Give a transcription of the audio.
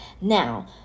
Now